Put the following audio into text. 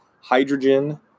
hydrogen